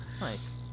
nice